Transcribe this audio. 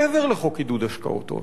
מעבר לחוק עידוד השקעות הון,